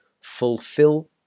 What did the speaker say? FULFILL